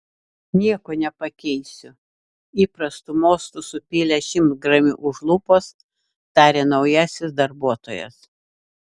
nieko nepakeisiu įprastu mostu supylęs šimtgramį už lūpos tarė naujasis darbuotojas